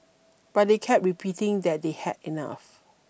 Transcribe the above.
but they kept repeating that they had enough